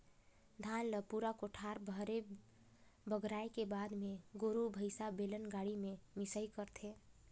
धान ल पूरा कोठार भेर बगराए के बाद मे गोरु भईसा, बेलन गाड़ी में मिंसई करथे